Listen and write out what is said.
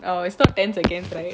oh it's mot ten seconds right